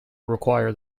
require